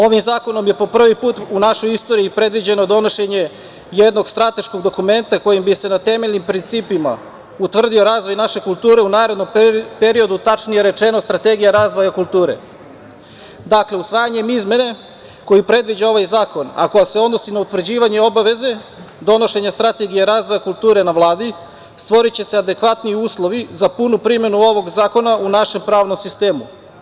Ovim zakonom je po prvi put u našoj istoriji predviđeno donošenje jednog strateškog dokumenta kojim bi se na temeljnim principima utvrdio razvoj naše kulture u narednom periodu, tačnije rečeno strategija razvoja kulture, Dakle, usvajanjem izmene koji predviđa ovaj zakon, a koja se odnosi na utvrđivanje obaveze donošenja strategije razvoja kulture na Vladi, stvoriće se adekvatni uslovi za punu primenu ovog zakona u našem pravnom sistemu.